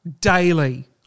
Daily